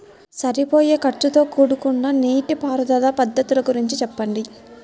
సరిపోయే ఖర్చుతో కూడుకున్న నీటిపారుదల పద్ధతుల గురించి చెప్పండి?